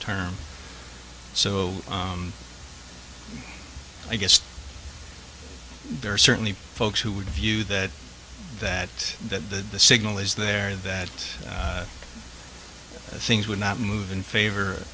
term so i guess there are certainly folks who would view that that that the signal is there that things would not move in favor